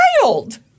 child